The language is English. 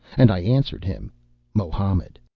and i answered him mohammed.